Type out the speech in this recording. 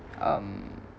um